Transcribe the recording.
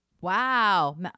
Wow